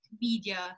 media